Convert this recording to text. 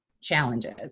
challenges